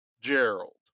gerald